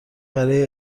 برای